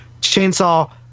chainsaw